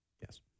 yes